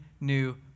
new